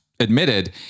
admitted